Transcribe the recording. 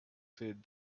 said